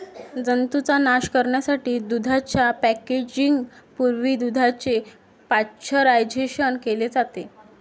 जंतूंचा नाश करण्यासाठी दुधाच्या पॅकेजिंग पूर्वी दुधाचे पाश्चरायझेशन केले जाते